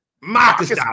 Marcus